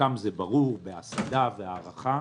חלקם זה ברור בהסעדה, בהארחה.